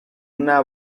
una